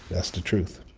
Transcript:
that's the truth